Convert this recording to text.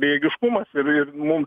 bejėgiškumas ir mum